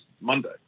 Monday